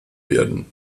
werden